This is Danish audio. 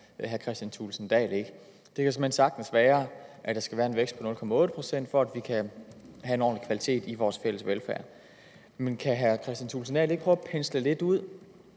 hr. Kristian Thulesen Dahl ikke. Det kan såmænd sagtens være, at der skal være en vækst på 0,8 pct., for at vi kan have en ordentlig kvalitet i vores fælles velfærd. Men kan hr. Kristian Thulesen Dahl ikke prøve at pensle lidt ud,